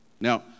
Now